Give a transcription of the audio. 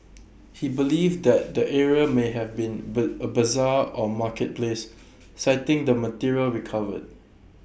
he believed that the area may have been ber A Bazaar or marketplace citing the material recovered